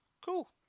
Cool